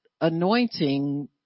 anointing